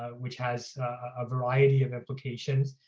ah which has a variety of applications.